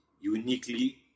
uniquely